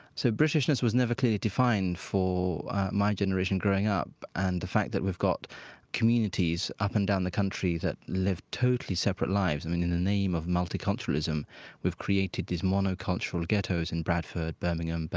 so britishness was never clearly defined for my generation growing up. and the fact that we've got communities up and down the country that live totally separate lives i mean, in the name of multiculturalism we've created these monocultural ghettos in bradford, birmingham,